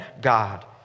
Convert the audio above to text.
God